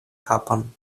kapon